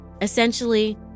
Essentially